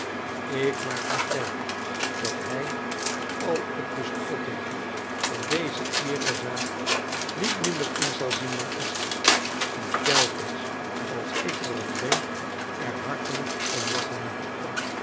ik maak me sterk dat hij al het bespottelijke van deze eerezaak niet minder in zal zien danik die telkens als ik er om denk er hartelijk om lachen moet